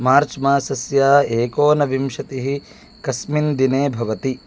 मार्च् मासस्य एकोनविंशतिः कस्मिन् दिने भवति